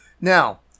Now